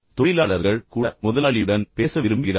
பின்னர் தொழிலாளர்கள் கூட முதலாளியுடன் பேச விரும்புகிறார்கள்